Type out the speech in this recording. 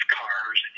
cars